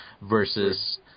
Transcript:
versus